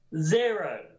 zero